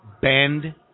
bend